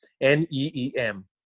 N-E-E-M